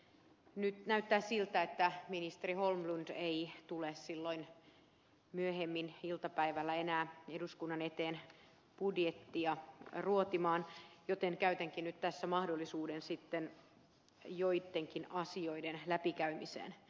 nyt näyttää siltä että ministeri holmlund ei tule silloin myöhemmin iltapäivällä enää eduskunnan eteen budjettia ruotimaan joten käytänkin nyt tässä mahdollisuuden joittenkin asioiden läpikäymiseen